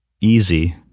easy